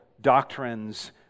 doctrines